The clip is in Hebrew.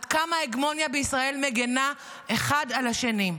עד כמה ההגמוניה בישראל מגינה אחד על השני.